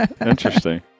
Interesting